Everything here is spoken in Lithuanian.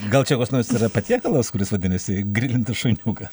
gal čia kas nors yra patiekalas kuris vadinasi gryninti šuniukas